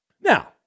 Now